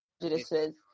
prejudices